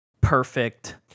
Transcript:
perfect